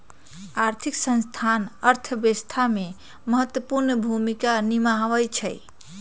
आर्थिक संस्थान अर्थव्यवस्था में महत्वपूर्ण भूमिका निमाहबइ छइ